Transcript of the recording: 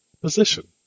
position